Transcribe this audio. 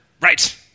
Right